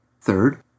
Third